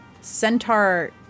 centaur